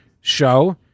show